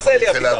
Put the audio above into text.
מה זה "אלי אבידר"?